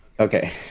Okay